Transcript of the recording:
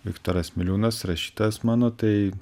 viktoras miliūnas rašytojas mano tai